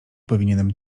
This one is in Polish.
powinienem